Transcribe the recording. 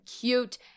Cute